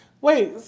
Wait